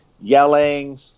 yelling